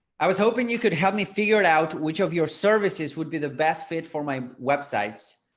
i was hoping you could help me figure it out. which of your services would be the best fit for my websites?